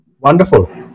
Wonderful